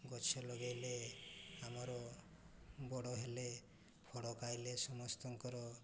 ଗଛ ଲଗାଇଲେ ଆମର ବଡ଼ ହେଲେ ଫଳ ଖାଇଲେ ସମସ୍ତଙ୍କର